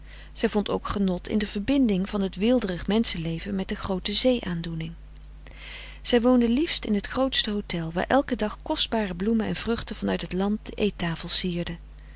zij vond ook genot in de verbinding van het weelderig menschenleven met de groote zee aandoening zij woonde liefst in het grootste hotel waar elken dag kostbare bloemen en vruchten van uit t land de eettafel sierden